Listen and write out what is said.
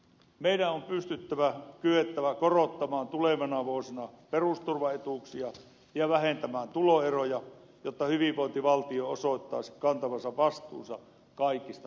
meidän on kyettävä korottamaan tulevina vuosina perusturvaetuuksia ja vähentämään tuloeroja jotta hyvinvointivaltio osoittaisi kantavansa vastuunsa kaikista kansalaisistaan